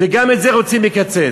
גם את זה רוצים לקצץ.